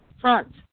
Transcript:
Front